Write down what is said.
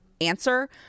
answer